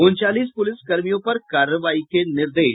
उनचालीस पुलिसकर्मियों पर कार्रवाई के निर्देश